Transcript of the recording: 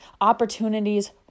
Opportunities